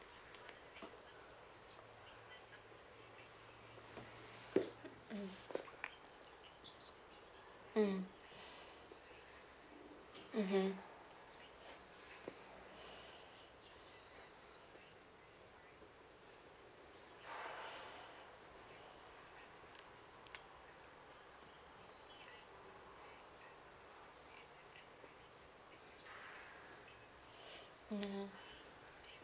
mm mm mm mmhmm ya